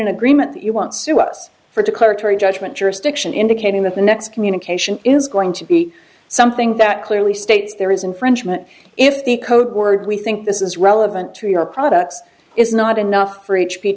an agreement that you want sue us for declaratory judgment jurisdiction indicating that the next communication is going to be something that clearly states there is infringement if the code word we think this is relevant to your products is not enough for h